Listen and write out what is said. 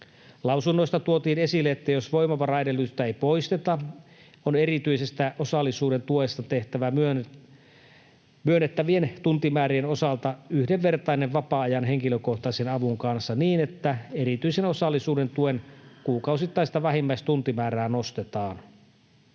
Lausunnoissa tuotiin esille, että jos voimavaraedellytystä ei poisteta, on erityisestä osallisuuden tuesta tehtävä myönnettävien tuntimäärien osalta yhdenvertainen vapaa-ajan henkilökohtaisen avun kanssa niin, että erityisen osallisuuden tuen kuukausittaista vähimmäistuntimäärää nostetaan.